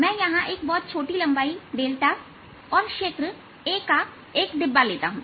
मैं यहां एक बहुत छोटी लंबाईऔर क्षेत्र a का एक डिब्बा लेता हूं